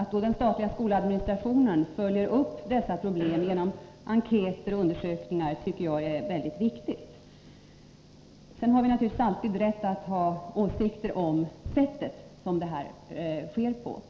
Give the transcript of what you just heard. Att den statliga skoladministrationen följer upp dessa problem genom enkäter och undersökningar tycker jag är mycket viktigt. Sedan har vi naturligtvis alltid rätt att ha åsikter om det sätt som det här sker på.